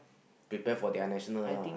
prepare for their national lah